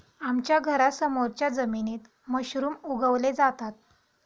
आमच्या घरासमोरच्या जमिनीत मशरूम उगवले जातात